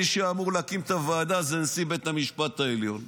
מי שאמור להקים את הוועדה זה נשיא בית המשפט העליון,